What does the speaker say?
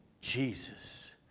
Jesus